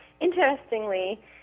Interestingly